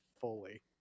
fully